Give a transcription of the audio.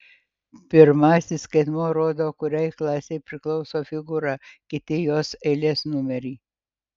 pirmasis skaitmuo rodo kuriai klasei priklauso figūra kiti jos eilės numerį